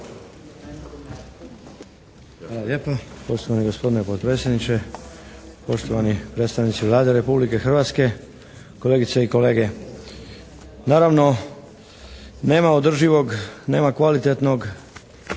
Hvala lijepa. Poštovani gospodine potpredsjedniče, poštovani predstavnici Vlade Republike Hrvatske, kolegice i kolege. Naravno nema održivog, nema kvalitetnog